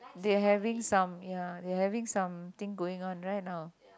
they're having some ya they're having some thing going on right now